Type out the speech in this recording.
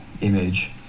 image